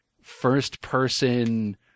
first-person